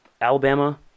Alabama